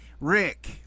Rick